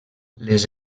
les